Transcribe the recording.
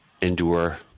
endure